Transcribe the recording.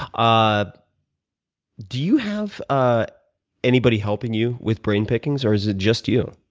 ah do you have ah anybody helping you with brain pickings? or is it just you?